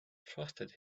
trusted